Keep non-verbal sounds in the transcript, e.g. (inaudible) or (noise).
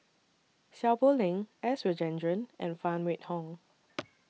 Seow Poh Leng S Rajendran and Phan Wait Hong (noise)